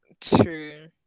true